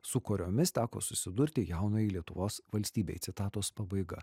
su kuriomis teko susidurti jaunajai lietuvos valstybei citatos pabaiga